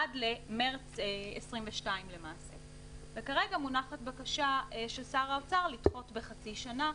עד למרץ 2022. כרגע מונחת בקשה של שר האוצר לדחות בחצי שנה,